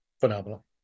phenomenal